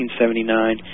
1979